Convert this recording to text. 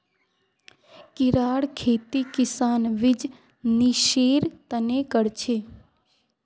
कीड़ार खेती किसान बीजनिस्सेर तने कर छे